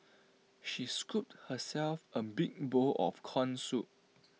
she scooped herself A big bowl of Corn Soup